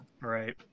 Right